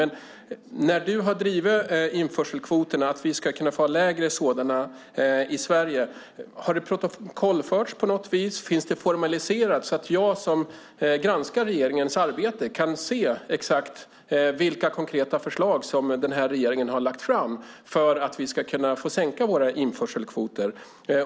När du har drivit att vi ska kunna få ha lägre sådana i Sverige, har det protokollförts på något vis? Finns det formaliserat så att jag som granskar regeringens arbete kan se vilka konkreta förslag som regeringen har lagt fram för att vi ska kunna få sänka våra införselkvoter?